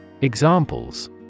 Examples